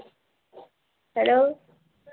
hello